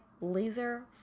laser